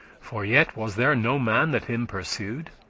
for yet was there no man that him pursu'd.